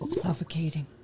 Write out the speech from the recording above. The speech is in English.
Suffocating